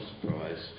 surprise